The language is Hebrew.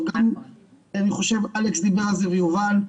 גם אלכס דיבר על זה וגם יובל,